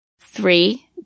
Three